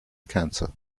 cancer